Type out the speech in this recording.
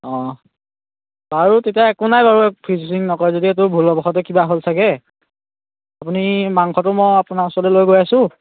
বাৰু তেতিয়া একো নাই বাৰু ফ্ৰীজিং নকৰে যদি ভুলবশতঃ কিবা হ'ল চাগৈ আপুনি মাংসটো মই আপোনাৰ ওচৰলে লৈ গৈ আছো আপুনি